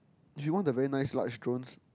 if you want the very nice large drones